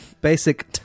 Basic